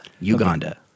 Uganda